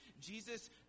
Jesus